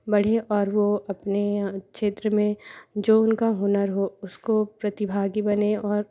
बढ़ें और वह अपने क्षेत्र में जो उनका हुनर हो उसको प्रतिभागी बने और